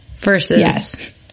versus